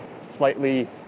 slightly